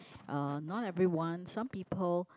uh not everyone some people